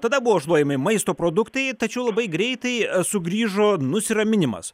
tada buvo šluojami maisto produktai tačiau labai greitai sugrįžo nusiraminimas